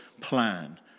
plan